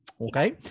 Okay